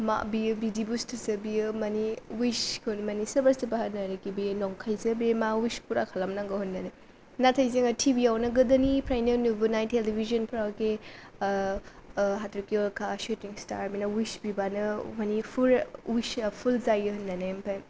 मा बेयो बिदि बुस्थुसो बियो माने उइसखौनो माने सोरबा सोरबा होनो आरो खि बे नंखाय जे बे मा उइस फुरा खालामनांगौ होननानै नाथाय जोङो टिभिआवनो गोदोनिफ्रायनो नुबोनाय टेलिभिसनफोराव बे हाथरखि उल्खा सुटिं स्टार बेनाव उइस बिबानो माने फुल उइसआ फुल जायो होननानै ओमफाय